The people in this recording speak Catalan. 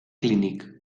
clínic